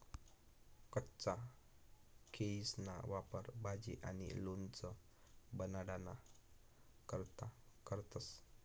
कच्चा केयीसना वापर भाजी आणि लोणचं बनाडाना करता करतंस